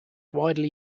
widely